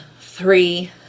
three